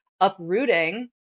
uprooting